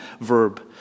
verb